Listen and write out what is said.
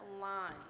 line